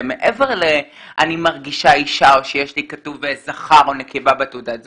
זה מעבר לאני מרגישה אישה או כתוב זכר או נקבה בתעודת הזהות,